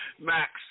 Max